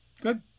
Good